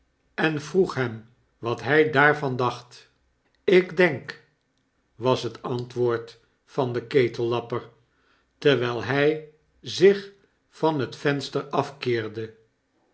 en vroeg hem wat hij daarvan dacht ik denk was t antwoord van den ketellapper terwyl hy zich van het venster af